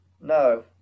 No